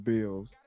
Bills